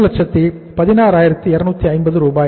316250 ரூபாய்